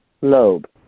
lobe